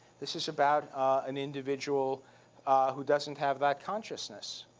this is about an individual who doesn't have that consciousness.